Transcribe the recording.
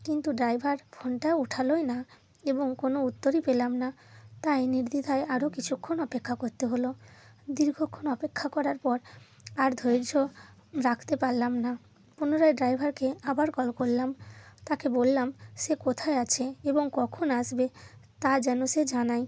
কিন্তু ড্রাইভার ফোনটা উঠালোই না এবং কোনো উত্তরই পেলাম না তাই নির্দ্বিধায় আরো কিছুক্ষণ অপেক্ষা করতে হলো দীর্ঘক্ষণ অপেক্ষা করার পর আর ধৈর্য রাখতে পারলাম না পুনরায় ড্রাইভারকে আবার কল করলাম তাকে বললাম সে কোথায় আছে এবং কখন আসবে তা যেন সে জানায়